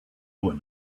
one